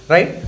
Right